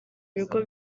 bigo